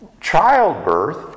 childbirth